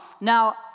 Now